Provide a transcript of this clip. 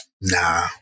Nah